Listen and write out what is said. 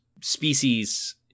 species